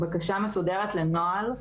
בקשה מסודרת לנוהל,